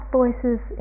voices